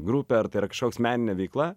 grupę ar tai yra kažkoks meninė veikla